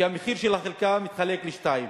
כי המחיר של החלקה מתחלק לשניים: